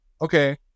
okay